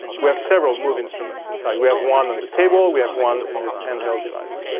we have several move instruments in fact, we have one on the table. we have one in this hand held device.